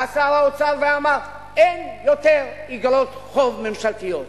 בא שר האוצר ואמר: אין יותר איגרות חוב ממשלתיות.